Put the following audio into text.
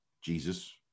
Jesus